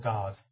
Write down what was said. God